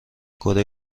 کره